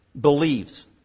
Believes